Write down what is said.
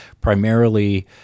primarily